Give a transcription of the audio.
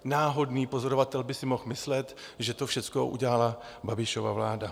Náhodný pozorovatel by si mohl myslet, že to všechno udělala Babišova vláda.